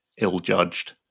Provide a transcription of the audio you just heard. ill-judged